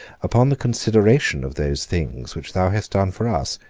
upon the consideration of those things which thou hast done for us,